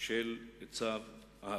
של צו ההריסה.